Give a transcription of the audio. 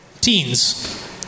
Teens